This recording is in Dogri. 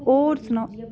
होर सनाओ